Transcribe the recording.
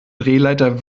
drehleiter